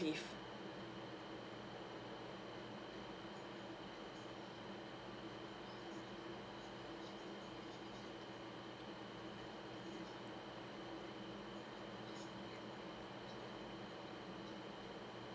leave